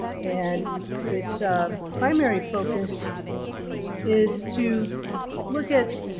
and its ah primary focus is to look at